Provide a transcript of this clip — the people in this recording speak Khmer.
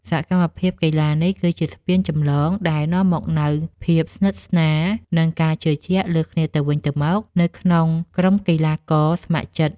សកម្មភាពកីឡានេះ គឺជាស្ពានចម្លងដែលនាំមកនូវភាពស្និទ្ធស្នាល និងការជឿជាក់លើគ្នាទៅវិញទៅមកនៅក្នុងក្រុមកីឡាករស្ម័គ្រចិត្ត។